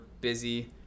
busy